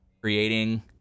creating